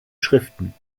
schriften